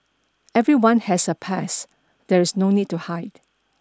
everyone has a past there is no need to hide